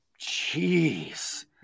jeez